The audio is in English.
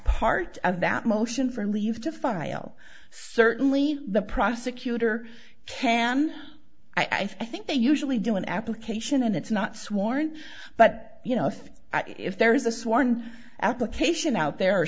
part of that motion for leave to file certainly the prosecutor can i think they usually do an application and it's not sworn but you know if if there is a sworn application out the